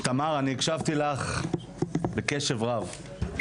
תמר, אני הקשבתי לך בקשב רב.